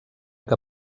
que